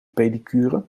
pedicure